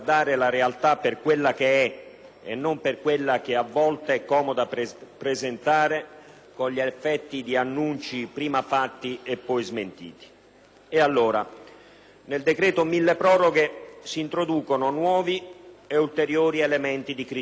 e non per quella che a volte è comodo presentare con gli effetti di annunci prima fatti e poi smentiti. Allora, nel cosiddetto decreto milleproroghe si introducono nuovi ed ulteriori elementi di criticità. Innanzi